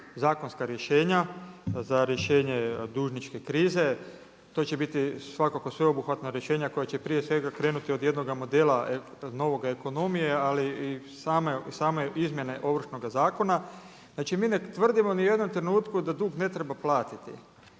zakonska rješenja. Za rješenje dužničke krize, to će biti svakako sveobuhvatna rješenja koja će prije svega krenuti od jednoga modela novoga ekonomije ali i same izmjene Ovršnoga zakona. Znači mi ne tvrdimo u niti jednom trenutku da dug ne treba platiti.